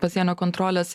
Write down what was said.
pasienio kontrolės